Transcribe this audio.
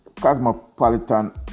cosmopolitan